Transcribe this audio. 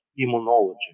immunology